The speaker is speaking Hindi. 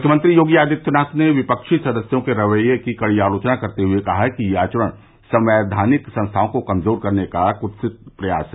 मुख्यमंत्री योगी आदित्यानाथ ने विपक्षी सदस्यों के रवैये की कड़ी आलोचना करते हुए कहा कि यह आचरण संवैधानिक संस्थाओं को कमजोर करने का कुत्सित प्रयास है